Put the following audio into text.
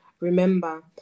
remember